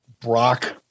Brock